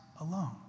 alone